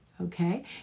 okay